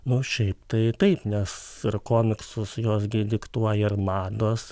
nu šiaip tai taip nes komiksus juos gi diktuoja ir mados